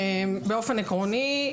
באופן עקרוני,